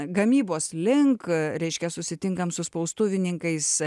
gamybos link reiškia susitinkam su spaustuvininkais